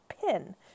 pin